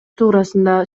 туурасында